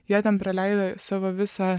jie ten praleido savo visą